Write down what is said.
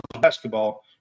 basketball